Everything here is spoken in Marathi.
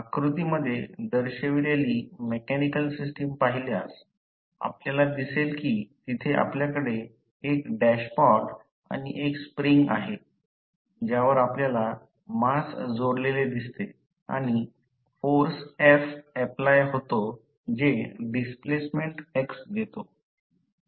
आकृतीमध्ये दर्शविलेली मेकॅनिकल सिस्टम पाहिल्यास आपल्याला दिसेल कि तिथे आपल्याकडे एक डॅशपॉट आणि एक स्प्रिंग आहे ज्यावर आपल्याला मास जोडलेले दिसते आणि फोर्स F अप्लाय होतो जे डिस्प्लेसमेंट x देतो